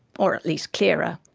or at least clearer.